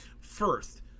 First